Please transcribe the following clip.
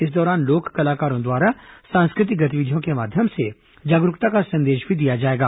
इस दौरान लोक कलाकारों द्वारा सांस्कृतिक गतिविधियों के माध्यम से जागरूकता का संदेश भी दिया जाएगा